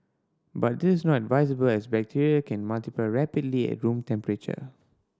but this is not advisable as bacteria can multiply rapidly at room temperature